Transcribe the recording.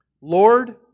Lord